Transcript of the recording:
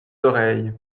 oreilles